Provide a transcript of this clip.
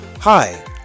Hi